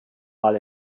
mal